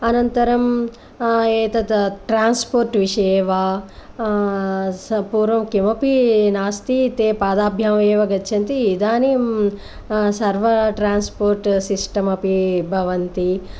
अनन्तरम् एतत् ट्रान्स्पोर्ट् विषये वा स पूर्वं किमपि नास्ति ते पादाभ्याम् एव गच्छन्ति इदानिं सर्वं ट्रान्स्पोर्ट् सिस्टम् अपि भवन्ति